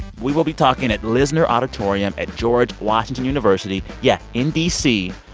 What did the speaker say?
we will be talking at lisner auditorium at george washington university yeah, in d c.